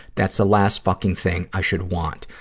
that's the last fucking thing i should want.